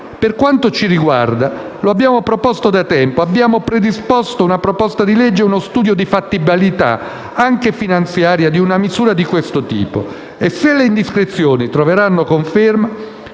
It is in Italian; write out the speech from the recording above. Per quanto ci riguarda lo abbiamo proposto da tempo, abbiamo già elaborato una proposta di legge e uno studio di fattibilità anche finanziaria di una misura di questo tipo e, se le indiscrezioni troveranno conferma,